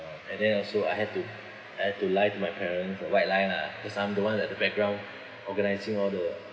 uh and then also I have to I have to lie to my parents a white lie lah cause I'm the one at the background organising all the